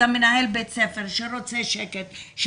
אז מנהל בית ספר שרוצה שקט,